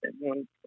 one